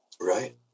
Right